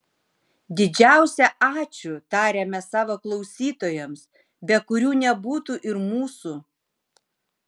didžiausią ačiū tariame savo klausytojams be kurių nebūtų ir mūsų